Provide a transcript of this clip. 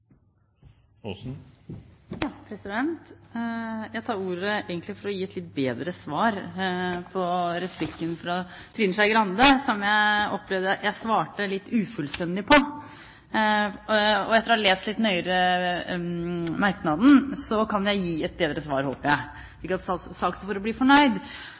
Jeg tar ordet for egentlig å gi et litt bedre svar på replikken fra Trine Skei Grande, som jeg opplevde at jeg svarte litt ufullstendig på. Etter å ha lest merknaden litt nøyere kan jeg gi et bedre svar, håper jeg, slik at saksordføreren blir fornøyd.